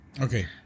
Okay